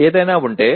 ఏదైనా ఉంటే